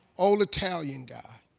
old italian guy.